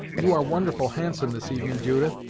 you are wonderful handsome this evening, judith,